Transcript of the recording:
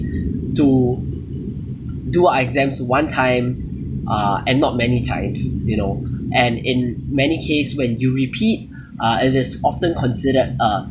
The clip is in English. to do our exams one time uh and not many times you know and in many case when you repeat uh it is often considered a